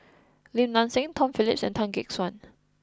Lim Nang Seng Tom Phillips and Tan Gek Suan